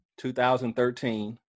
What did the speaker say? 2013